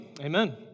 Amen